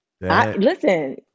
listen